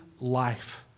life